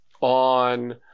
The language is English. on